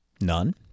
None